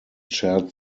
shared